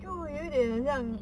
就有一点很像